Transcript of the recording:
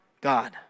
God